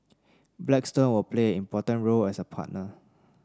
Blackstone will play important role as a partner